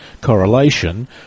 correlation